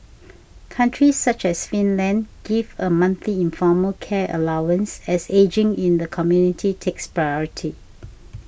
countries such as Finland give a monthly informal care allowance as ageing in the community takes priority